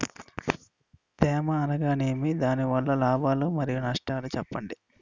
తేమ అనగానేమి? దాని వల్ల లాభాలు మరియు నష్టాలను చెప్పండి?